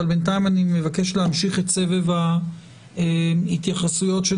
אבל בינתיים אני מבקש להמשיך את סבב ההתייחסויות של